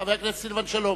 חבר הכנסת סילבן שלום.